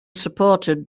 supported